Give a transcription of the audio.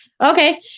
Okay